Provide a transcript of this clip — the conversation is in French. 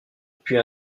puis